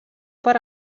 per